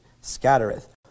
scattereth